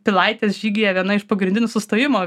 pilaitės žygyje viena iš pagrindinių sustojimo